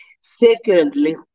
Secondly